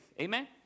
Amen